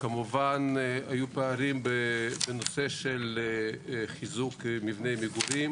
היו פערים בנושא של חיזוק מבני מגורים,